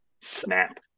Snap